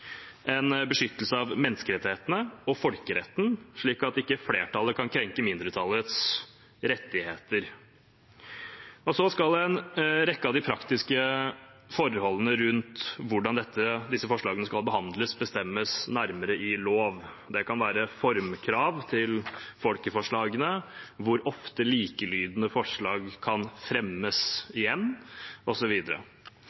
en beskyttelse av menneskerettighetene og folkeretten, slik at ikke flertallet kan krenke mindretallets rettigheter. En rekke av de praktiske forholdene rundt hvordan disse forslagene skal behandles, skal bestemmes nærmere i lov. Det kan være formkrav til folkeforslagene, hvor ofte likelydende forslag kan